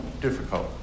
difficult